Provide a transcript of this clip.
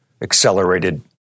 accelerated